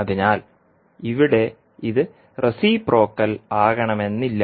അതിനാൽ ഇവിടെ ഇത് റെസിപ്രോക്കൽ ആകണമെന്നില്ല